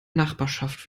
nachbarschaft